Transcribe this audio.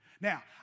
Now